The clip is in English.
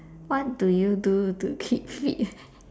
what do you do to keep fit